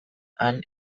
han